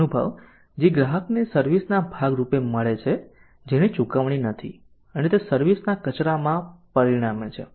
અનુભવ જે ગ્રાહકને સર્વિસ ના ભાગ રૂપે મળે છે જેની ચૂકવણી નથી અને તે સર્વિસ ના કચરામાં પરિણમે છે